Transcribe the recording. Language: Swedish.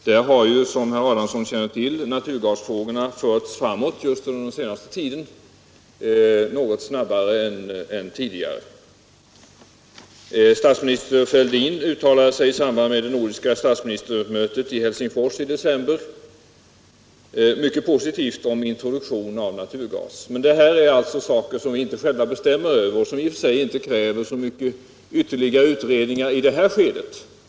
Där har ju, som herr Adamsson känner till, naturgasfrågorna förts framåt, under den senaste tiden något snabbare än tidigare. Statsminister Fälldin uttalade sig i samband med det nordiska statsministermötet i Helsingfors i december mycket positivt om introduktion av naturgas. Men det är alltså saker som vi själva inte bestämmer över och som i och för sig inte kräver så mycket ytterligare utredningar i det här skedet.